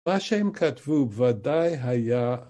‫מה שהם כתבו בוודאי היה...